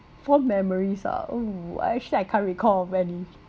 fond memories ah oh I actually I can't recall of many